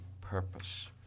purpose